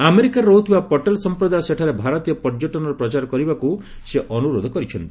ଆମେରିକାରେ ରହୁଥିବା ପଟେଲ୍ ସମ୍ପ୍ରଦାୟ ସେଠାରେ ଭାରତୀୟ ପର୍ଯ୍ୟଟନର ପ୍ରଚାର କରିବାକୁ ସେ ଅନୁରୋଧ କରିଛନ୍ତି